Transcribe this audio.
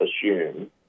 Assume